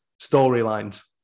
storylines